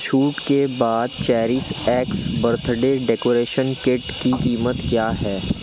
छूट के बाद Cherish X birthday decoration kit की कीमत क्या है